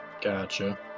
Gotcha